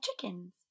chicken's